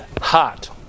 hot